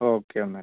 okay എന്നാൽ